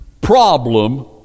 problem